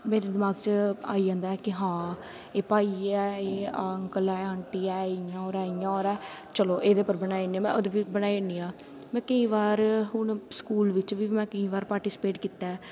मेरे दमाक च आई जंदा कि हां एह् भाई एह् अंकल ऐ आंटी ऐ इ'यां होआ ऐ इ'यां होआ ऐ चलो एह्दे उप्पर बनाई ओड़नी ऐ में ओह्दे उप्पर बनाई ओड़नी आं में केईं बार हून केईं स्कूल बिच्च बी केईं बार पार्टिसपेट कीता ऐ